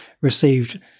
received